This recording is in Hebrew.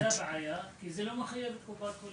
זאת הבעיה, כי זה לא מכריח את קופת החולים.